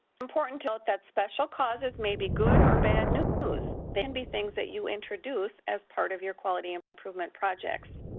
important to note that special causes may be good or bad news. they can and be things that you introduce as part of your quality improvement projects.